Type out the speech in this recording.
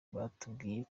batubwiye